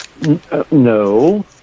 no